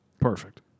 perfect